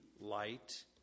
light